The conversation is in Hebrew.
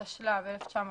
התשל"ו-1975,